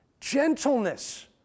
gentleness